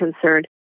concerned